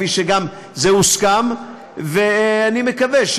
כפי שזה גם הוסכם ואני מקווה,